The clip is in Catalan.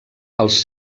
els